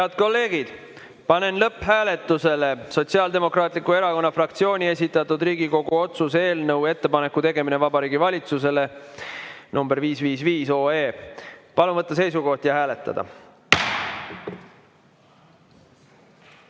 Head kolleegid, panen lõpphääletusele Sotsiaaldemokraatliku Erakonna fraktsiooni esitatud Riigikogu otsuse "Ettepaneku tegemine Vabariigi Valitsusele" eelnõu nr 555. Palun võtta seisukoht ja hääletada!